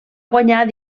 guanyar